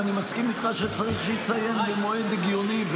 ואני מסכים איתך שצריך שהיא תסיים במועד הגיוני,